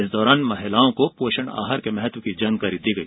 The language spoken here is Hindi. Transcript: इस दौरान महिलाओं को पोषण आहार के महत्व की जानकारी दी गई